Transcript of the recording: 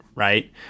Right